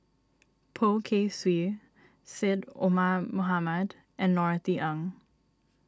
Poh Kay Swee Syed Omar Mohamed and Norothy Ng